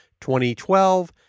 2012